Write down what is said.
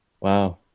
Wow